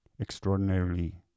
extraordinarily